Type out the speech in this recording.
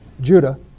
Judah